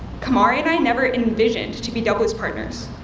kamari and i never envisioned to be doubles partners,